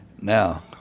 Now